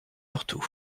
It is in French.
surtout